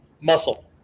muscle